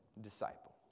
disciple